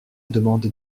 demande